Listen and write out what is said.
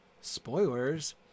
spoilers